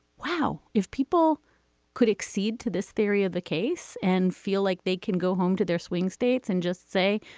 wow if people could accede to this theory of the case and feel like they can go home to their swing states and just say,